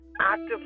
active